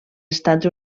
estats